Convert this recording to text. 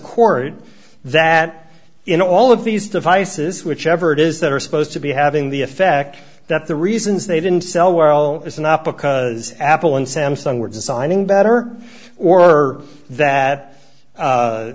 court that in all of these devices whichever it is that are supposed to be having the effect that the reasons they didn't sell well is not because apple and samsung were designing better or that